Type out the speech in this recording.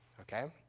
Okay